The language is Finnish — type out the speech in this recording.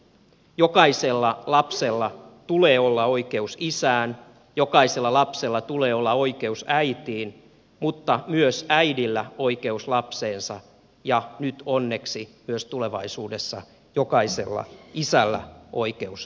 jokaisella lapsella tulee olla oikeus isään jokaisella lapsella tulee olla oikeus äitiin mutta myös äidillä oikeus lapseensa ja nyt tulevaisuudessa onneksi myös jokaisella isällä oikeus omaan lapseensa